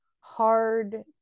hard